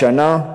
שנה.